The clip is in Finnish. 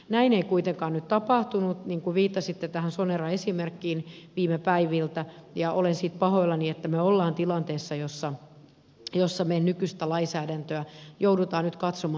näin ei kuitenkaan nyt tapahtunut niin kuin viittasitte tähän soneran esimerkkiin viime päiviltä ja olen siitä pahoillani että me olemme tilanteessa jossa me nykyistä lainsäädäntöä joudumme nyt katsomaan